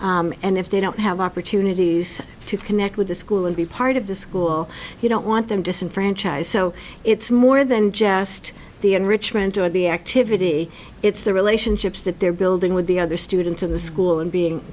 and if they don't have opportunities to connect with the school and be part of the school you don't want them disenfranchised so it's more than just the enrichment or the activity it's the relationships that they're building with the other students in the school and being